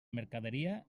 mercaderia